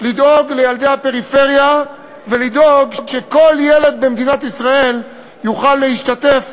לדאוג לילדי הפריפריה ולדאוג לכך שכל ילד במדינת ישראל יוכל להשתתף